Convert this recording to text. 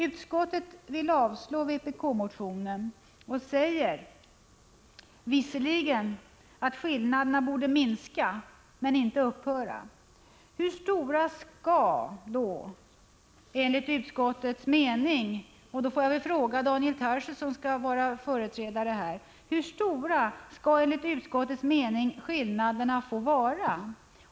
Utskottet vill avslå vpk-motionen men säger visserligen att skillnaderna borde minska men inte upphöra. Hur stora skall enligt utskottets mening skillnaderna vara? Den frågan får jag väl ställa till Daniel Tarschys, som är utskottets företrädare.